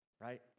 right